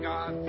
God